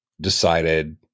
decided